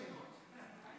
אבל שאלנו הרבה שאלות.